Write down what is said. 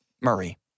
Murray